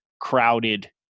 crowded